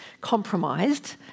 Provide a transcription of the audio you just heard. compromised